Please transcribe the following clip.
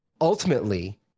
Ultimately